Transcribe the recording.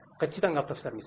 ఖచ్చితంగా ప్రొఫెసర్ మిశ్రా